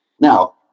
Now